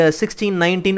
1619